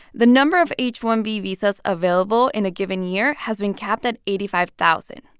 the number of h one b visas available in a given year has been capped at eighty five thousand.